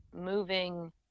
moving